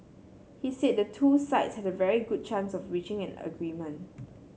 he said the two sides had a very good chance of reaching an agreement